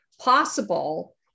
possible